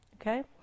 Okay